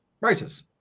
writers